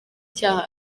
cyaha